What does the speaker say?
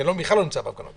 אני בכלל לא נמצא בהפגנות